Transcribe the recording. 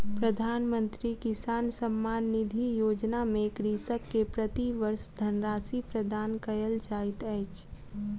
प्रधानमंत्री किसान सम्मान निधि योजना में कृषक के प्रति वर्ष धनराशि प्रदान कयल जाइत अछि